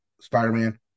spider-man